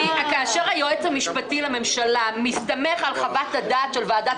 כאשר היועץ המשפטי לממשלה מסתמך על חוות הדעת של ועדת